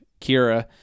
Kira